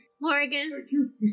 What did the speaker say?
Morgan